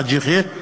חאג' יחיא.